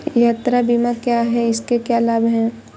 यात्रा बीमा क्या है इसके क्या लाभ हैं?